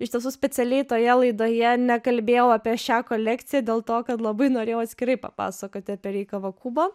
iš tiesų specialiai toje laidoje nekalbėjau apie šią kolekciją dėl to kad labai norėjau atskirai papasakoti apie rei kavakubo